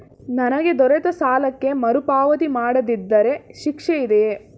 ನನಗೆ ದೊರೆತ ಸಾಲಕ್ಕೆ ಮರುಪಾವತಿ ಮಾಡದಿದ್ದರೆ ಶಿಕ್ಷೆ ಇದೆಯೇ?